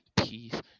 Peace